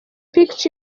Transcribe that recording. pictures